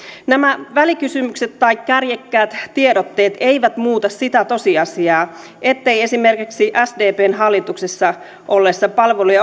nämä välikysymykset tai kärjekkäät tiedotteet eivät muuta sitä tosiasiaa ettei esimerkiksi sdpn hallituksessa ollessa palveluja